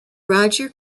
roger